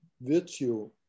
virtue